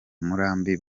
murambi